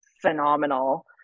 phenomenal